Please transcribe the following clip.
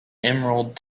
emerald